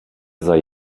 sei